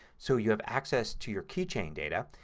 so you have access to your keychain data.